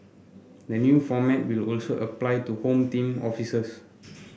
the new format will also apply to Home Team officers